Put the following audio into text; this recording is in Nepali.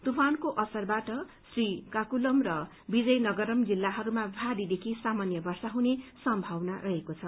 तूफानको असरबाट श्रीकाकुलम र विजयनगरम जिल्लाहरूमा भारीदेखि सामान्य वर्षा हुने सम्भावना रहेको छ